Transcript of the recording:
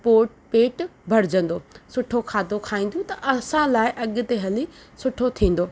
पोइ पेट भरजंदो सुठो खाधो खाईंदियूं त असां लाइ सुठो थींदो